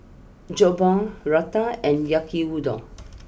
Jokbal Raita and Yaki Udon